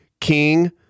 King